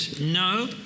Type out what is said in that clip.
No